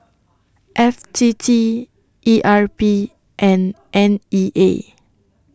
F T T E R P and N E A